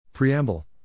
Preamble